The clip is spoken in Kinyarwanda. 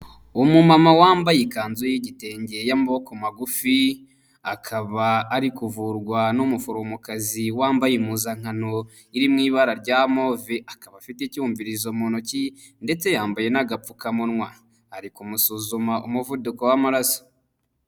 Umumama wambaye ikanzu y'igitenge y'amaboko magufi, akaba ari kuvurwa n'umuforomokazi wambaye impuzankano irimo ibara rya move, akaba afite icyumvizo mu ntoki, ndetse yambaye n'agapfukamunwa, ari kumusuzuma umuvuduko w'amaraso.